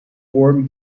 worm